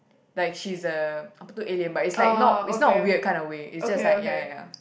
like she is a apa tu alien but it's like not it's not weird kind of way it's just like ya ya ya